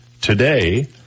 today